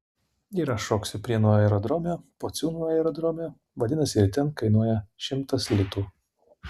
ir aš šoksiu prienų aerodrome pociūnų aerodrome vadinasi ir ten kainuoja šimtas litų